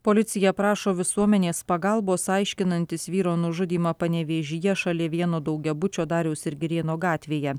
policija prašo visuomenės pagalbos aiškinantis vyro nužudymą panevėžyje šalia vieno daugiabučio dariaus ir girėno gatvėje